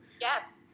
Yes